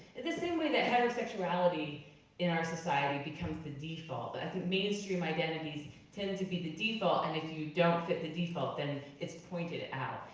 the the same way that heterosexuality in our society becomes the default. i think mainstream identities tend to be the default, and if you don't fit the default then it's pointed out.